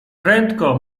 prędko